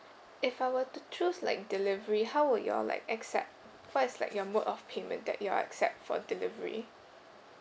if I were to choose like delivery how would you all like accept what is like your mode of payment that you all accept for delivery